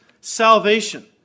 salvation